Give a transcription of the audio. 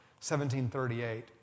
1738